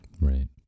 Right